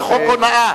זה חוק הונאה,